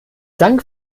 dank